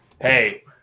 hey